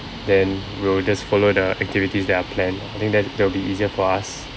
then we'll just follow the activities that are planned I think that's that will be easier for us